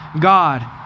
God